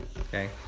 Okay